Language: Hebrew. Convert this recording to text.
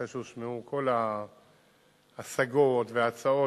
אחרי שהושמעו כל ההשגות וההצעות,